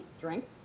drink